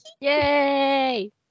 Yay